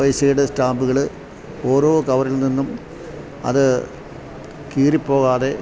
പൈസയുടെ സ്റ്റാമ്പുകള് ഓരോ കവറിൽ നിന്നും അതു കീറിപ്പോകാതെ